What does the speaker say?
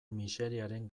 miseriaren